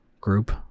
group